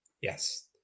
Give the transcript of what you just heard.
yes